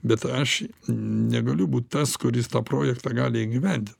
bet aš negaliu būt tas kuris tą projektą gali įgyvendint